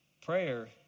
prayer